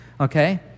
Okay